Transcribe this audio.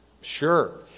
Sure